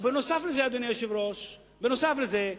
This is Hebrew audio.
ובנוסף לזה, אדוני היושב-ראש, בנוסף לזה,